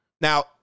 Now